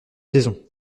saison